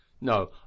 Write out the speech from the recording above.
No